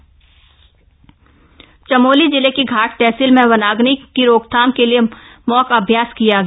mock drill Chamoli जिले की घाट तहसील में वनाम्नि की रोकथाम के लिए मॉक अभ्यास किया गया